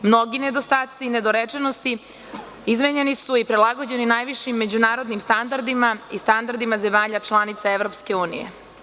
Mnogi nedostaci i nedorečenosti izmenjeni su i prilagođeni su najvišim međunarodnim standardima i standardima zemalja članica Evropske unije.